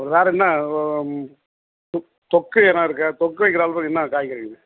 வேறு என்ன தொ தொக்கு எதனா இருக்கா தொக்கு வைக்கிறாபில்ல என்ன காய்கறி